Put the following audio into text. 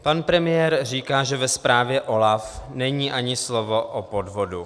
Pan premiér říká, že ve zprávě OLAFu není ani slovo o podvodu.